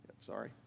Sorry